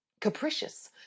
capricious